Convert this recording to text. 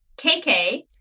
KK